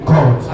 God